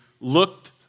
looked